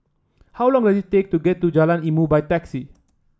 how long is take to get to Jalan Ilmu by taxi